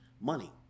money